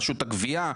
רשות הגביה,